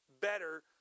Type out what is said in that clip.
better